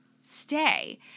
stay